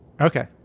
Okay